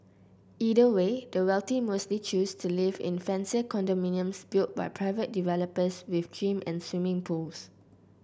either way the wealthy mostly choose to live in fancier condominiums built by private developers with gyms and swimming pools